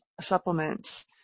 supplements